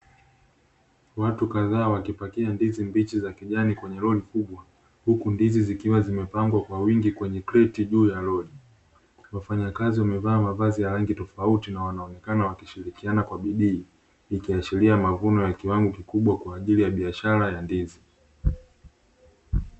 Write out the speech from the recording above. Watu kadhaa wakipakia ndizi mbichi za kijani kwenye lori kubwa. Huku ndizi zikiwa zimepangwa kwa wingi kwenye kreti, juu ya lori. Wafanyakazi wamevaa mavazi ya rangi tofauti na wanaonekana wakishirikiana kwa bidii, ikiashiria mavuno ya kiwango kikubwa kwa ajili ya biashara ya ndizi.